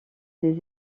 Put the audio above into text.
des